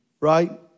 Right